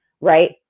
right